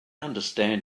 understand